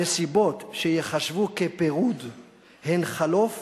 הנסיבות שייחשבו לפירוד הן חלוף